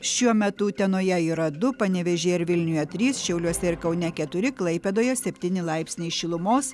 šiuo metu utenoje yra du panevėžyje ir vilniuje trys šiauliuose ir kaune keturi klaipėdoje septyni laipsniai šilumos